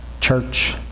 church